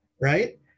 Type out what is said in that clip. right